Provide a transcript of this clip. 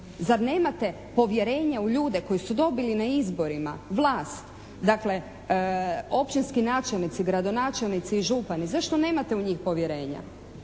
Zar nemate povjerenja u ljude koji su dobili na izborima vlast. Dakle, općinski načelnici, gradonačelnici i župani. Zašto nemate u njih povjerenja?